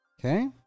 Okay